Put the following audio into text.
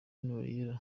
noriella